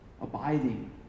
Abiding